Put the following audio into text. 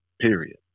period